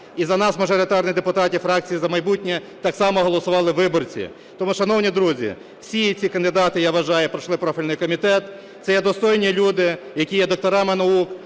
І за нас, мажоритарних депутатів, фракції "За майбутнє", так само голосували виборці. Тому, шановні друзі, всі ці кандидати, я вважаю, пройшли профільний комітет. Це є достойні люди, які є докторами наук,